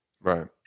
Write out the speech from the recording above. Right